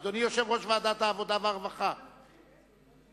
אדוני, יושב-ראש ועדת העבודה והרווחה, אדוני,